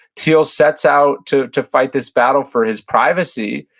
thiel sets out to to fight this battle for his privacy,